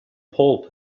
pole